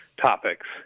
topics